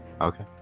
Okay